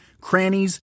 crannies